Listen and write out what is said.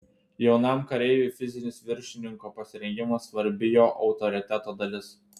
jaunam kareiviui fizinis viršininko pasirengimas svarbi jo autoriteto dalis